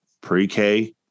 pre-K